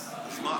אז מה יעשו?